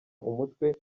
umutwe